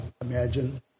imagine